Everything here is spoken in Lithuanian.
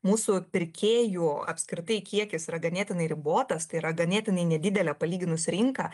mūsų pirkėjų apskritai kiekis yra ganėtinai ribotas tai yra ganėtinai nedidelė palyginus rinka